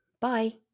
Bye